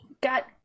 got